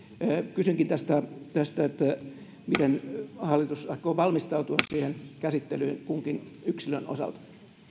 kysynkin miten hallitus aikoo valmistautua siihen käsittelyyn kunkin yksilön osalta